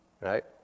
Right